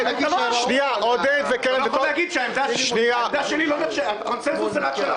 אתה לא יכול להגיד שהקונצנזוס רק שלכם.